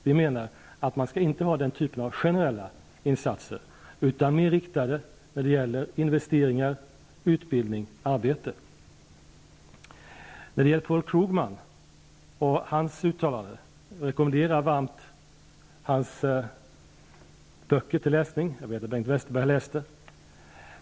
Vi menar att det inte skall vara generella insatser utan insatser som är mer riktade när det gäller investeringar, utbildning och arbete. Paul Krugmans böcker rekommenderar jag varmt till läsning. Jag vet att Bengt Westerberg har läst dem.